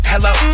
Hello